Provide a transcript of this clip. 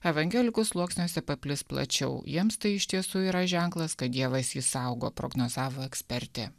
evangelikų sluoksniuose paplis plačiau jiems tai iš tiesų yra ženklas kad dievas jį saugo prognozavo ekspertė